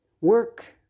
work